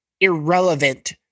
irrelevant